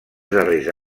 darrers